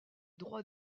droits